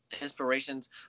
inspirations